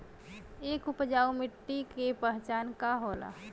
एक उपजाऊ मिट्टी के पहचान का होला?